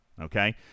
Okay